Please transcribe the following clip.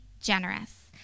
generous